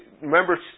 remember